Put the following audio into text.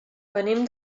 venim